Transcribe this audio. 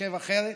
שחושב אחרת,